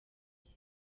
bye